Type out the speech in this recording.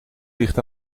ligt